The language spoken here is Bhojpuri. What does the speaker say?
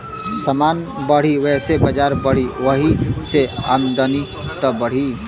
समान बढ़ी वैसे बजार बढ़ी, वही से आमदनिओ त बढ़ी